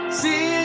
see